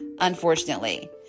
unfortunately